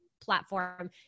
platform